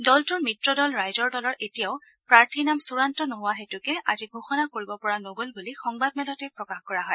দলটোৰ মিত্ৰ দল ৰাইজৰ দলৰ এতিয়াও প্ৰাৰ্থীৰ নাম চুড়ান্ত নোহোৱা হেতুকে ঘোষণা কৰিব পৰা নগ'ল বুলি সংবাদমেলতে প্ৰকাশ কৰা হয়